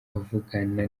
avugana